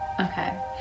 Okay